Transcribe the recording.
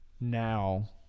now